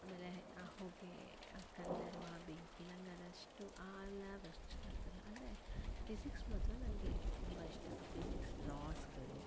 ಆಮೇಲೆ ಆ ಹೊಗೆ ಆ ಕಲ್ಲರ್ ಆ ಬೆಂಕಿ ನನಗದಷ್ಟು ಆ ಲ್ಯಾಬ್ ಅಷ್ಟು ಇಷ್ಟ ಆಗ್ತಿರ್ಲಿಲ್ಲ ಆದರೆ ಫಿಸಿಕ್ಸ್ ಮಾತ್ರ ನನಗೆ ತುಂಬ ಇಷ್ಟ ಆ ಫಿಸಿಕ್ಸ್ ಲಾಸ್ಗಳು